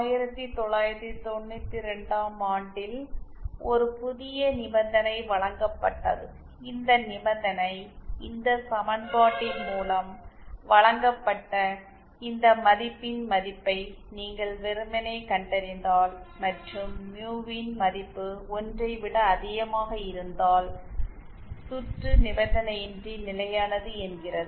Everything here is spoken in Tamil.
1992 ஆம் ஆண்டில் ஒரு புதிய நிபந்தனை வழங்கப்பட்டது இந்த நிபந்தனை இந்த சமன்பாட்டின் மூலம் வழங்கப்பட்ட இந்த மதிப்பின் மதிப்பை நீங்கள் வெறுமனே கண்டறிந்தால் மற்றும் மியூவின் மதிப்பு 1 ஐ விட அதிகமாக இருந்தால் சுற்று நிபந்தனையின்றி நிலையானது என்கிறது